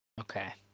Okay